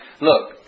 Look